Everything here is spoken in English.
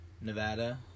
Nevada